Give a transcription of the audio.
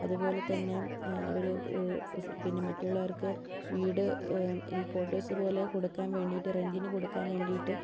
അതുപോലെത്തന്നെ അവർ പിന്നെ മറ്റുള്ളവർക്ക് വീട് ഈ കോട്ടേഴ്സ് പോലെ കൊടുക്കാൻ വേണ്ടീട്ടു റെൻറ്റിനു കൊടുക്കാൻ വേണ്ടീട്ടു